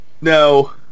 No